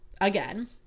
again